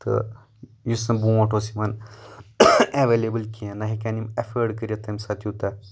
تہٕ یُس زن برٛونٛٹھ اوس یِوان اٮ۪ویلیبٕل کینٛہہ نہ ہٮ۪کٮ۪ن یِم اٮ۪فٲٹ کٔرِتھ تمہِ ساتہٕ یوٗتاہ